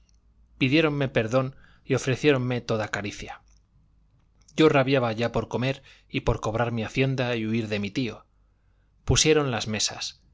supuesto pidiéronme perdón y ofreciéronme toda caricia yo rabiaba ya por comer y por cobrar mi hacienda y huir de mi tío pusieron las mesas